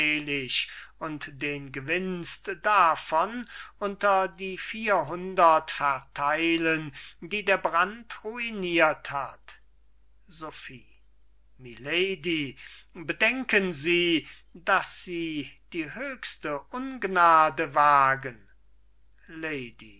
und den gewinst davon unter die vierhundert verteilen die der brand ruiniert hat sophie milady bedenken sie daß sie die höchste ungnade wagen lady